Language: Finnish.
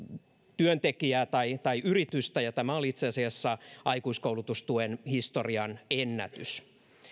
työntekijää tai tai yritystä ja tämä oli itse asiassa aikuiskoulutustuen historian ennätys